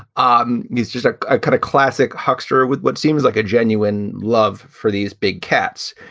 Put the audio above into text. ah um he's just ah a kind of classic huckster with what seems like a genuine love for these big cats.